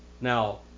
Now